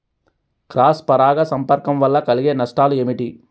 Cross పరాగ సంపర్కం వల్ల కలిగే నష్టాలు ఏమిటి?